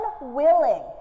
unwilling